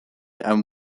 and